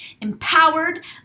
empowered